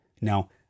Now